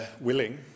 willing